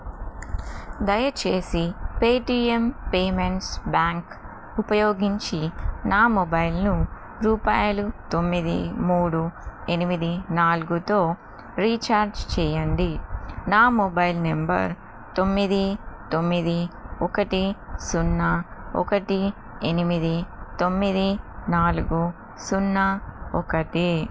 దయచేసి Paytm payments bank ఉపయోగించి నా మొబైల్ను రూపాయలు తొమ్మిది మూడు ఎనిమిది నాలుగుతో రీఛార్జ్ చెయ్యండి నా మొబైల్ నెంబర్ తొమ్మిది తొమ్మిది ఒకటి సున్నా ఒకటి ఎనిమిది తొమ్మిది నాలుగు సున్నా ఒకటి